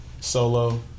Solo